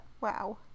Wow